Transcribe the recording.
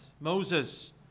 Moses